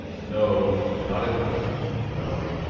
no, not at present no,